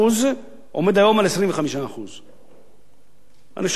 ועומד היום על 25%. אני שואל, מה ההצדקה לזה?